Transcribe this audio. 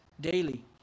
daily